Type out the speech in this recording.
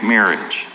Marriage